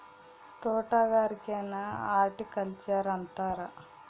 ತೊಟಗಾರಿಕೆನ horticulture ಅಂತಾರ